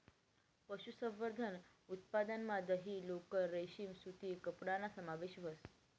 पशुसंवर्धन उत्पादनमा दही, लोकर, रेशीम सूती कपडाना समावेश व्हस